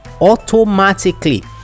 automatically